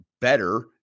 better